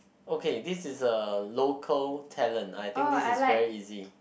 okay this is a local talent I think this is very easy